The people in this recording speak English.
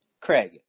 Craig